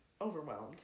overwhelmed